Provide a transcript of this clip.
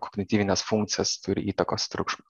kognityvines funkcijas turi įtakos triukšmas